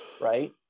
right